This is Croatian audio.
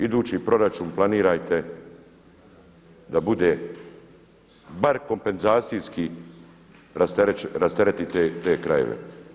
Idući proračun planirajte da bude bar kompenzacijski rasteretite te krajeve.